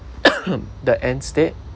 the end state